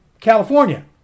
California